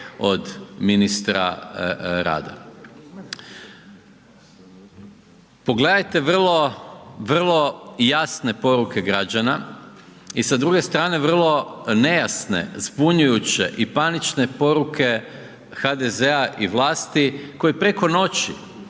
od ministra rada. Pogledajte vrlo, vrlo jasne poruke građana i sa druge strane vrlo nejasne, zbunjujuće i panične poruke HDZ-a i vlasti koji preko noći